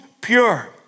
pure